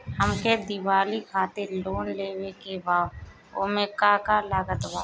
हमके दिवाली खातिर लोन लेवे के बा ओमे का का लागत बा?